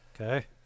Okay